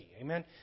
Amen